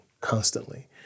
constantly